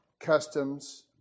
customs